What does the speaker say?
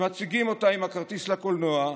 שמציגים אותה עם הכרטיס לקולנוע,